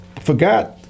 forgot